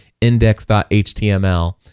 index.html